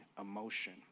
emotion